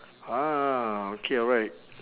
ah okay alright